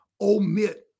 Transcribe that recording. omit